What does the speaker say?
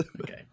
Okay